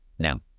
Now